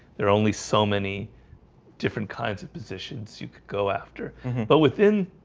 there are only so many different kinds of positions you could go after but within